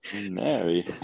Mary